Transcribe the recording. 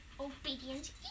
obedient